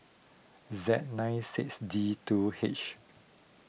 Z nine six D two H